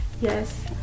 Yes